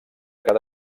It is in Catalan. cada